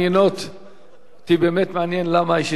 אותי באמת מעניין למה יש התנגדות של הממשלה.